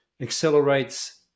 accelerates